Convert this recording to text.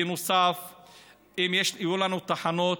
ואם יהיו לנו תחנות,